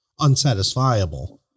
unsatisfiable